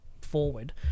forward